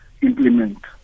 implement